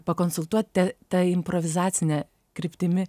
pakonsultuot ta improvizacine kryptimi